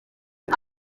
ngo